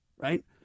right